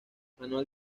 manual